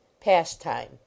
pastime